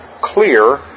clear